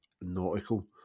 nautical